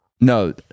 No